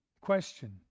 question